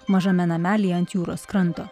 mažame namelyje ant jūros kranto